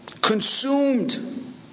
Consumed